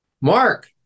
Mark